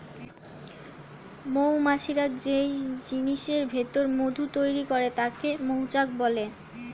মৌমাছিরা যেই জিনিসের ভিতর মধু তৈরি করে তাকে মৌচাক বলে